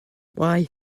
why